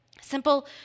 Simple